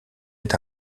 est